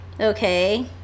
okay